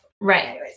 right